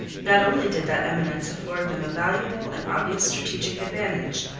not only did that eminence afford them a valuable and obvious strategic advantage,